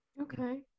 okay